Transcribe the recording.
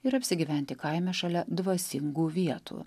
ir apsigyventi kaime šalia dvasingų vietų